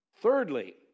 Thirdly